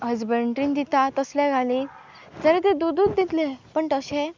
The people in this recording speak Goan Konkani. हजबड्रीन दिता तसल्या घालीं जाल्यार ते दूदूच दितले पण तशें